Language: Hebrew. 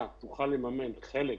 עודד, תבקש ממנו להתפזר קצת.